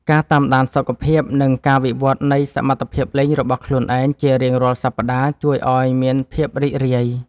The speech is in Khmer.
ការតាមដានសុខភាព និងការវិវត្តនៃសមត្ថភាពលេងរបស់ខ្លួនឯងជារៀងរាល់សប្តាហ៍ ជួយឱ្យមានភាពរីករាយ។